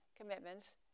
commitments